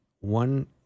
one